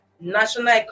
national